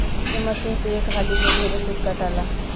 ए machine से एक हाली में ढेरे सूत काताला